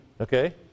okay